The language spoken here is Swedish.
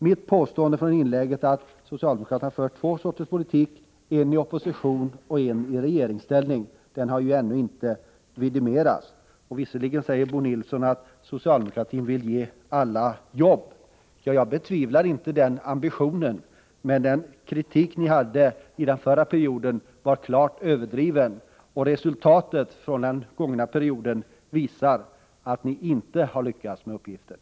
Mitt påstående från förra inlägget, att socialdemokraterna för två slags politik — en i opposition och en i regeringsställning — har ännu inte dementerats. Bo Nilsson säger att socialdemokratin vill ge alla arbete. Jag betvivlar inte den ambitionen, men den kritik ni framförde förra regeringsperioden var klart överdriven, och resultatet från den nu snart gångna perioden visar att ni inte har lyckats med uppgiften.